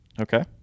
Okay